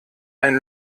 ein